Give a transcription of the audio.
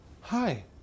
Hi